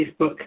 Facebook